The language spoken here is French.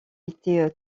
été